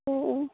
ꯑꯣ ꯑꯣ